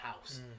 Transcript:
house